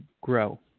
grow